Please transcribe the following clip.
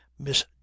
miss